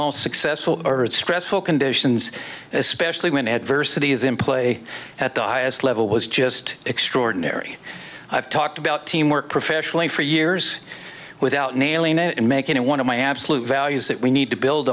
most successful stressful conditions especially when adversity is in play at the highest level was just extraordinary i've talked about teamwork professionally for years without nailing it and making it one of my absolute values that we need to build